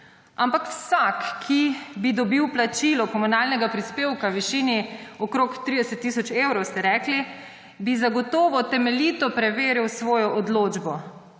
Ampak vsak, ki bi dobil plačilo komunalnega prispevka v višini okrog 30 tisoč evrov, ste rekli, bi zagotovo temeljito preveril svojo odločbo.